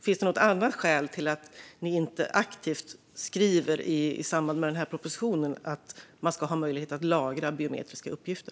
Finns det något annat skäl till att ni inte aktivt skriver, i samband med den här propositionen, att man ska ha möjlighet att lagra biometriska uppgifter?